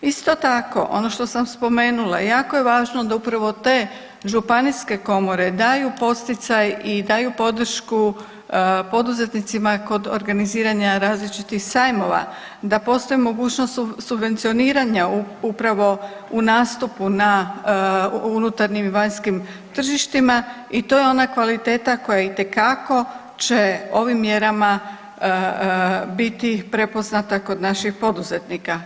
Isto tako ono što sam spomenula, jako je važno da upravo te županijske komore daju podsticaj i daju podršku poduzetnicima kod organiziranja različitih sajmova, da postoji mogućnost subvencioniranja upravo u nastupu na unutarnjim i vanjskim tržištima i to je ona kvaliteta koja će itekako ovim mjerama biti prepoznata kod naših poduzetnika.